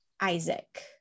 Isaac